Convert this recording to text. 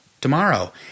tomorrow